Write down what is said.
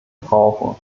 brauchen